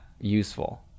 useful